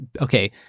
okay